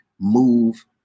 move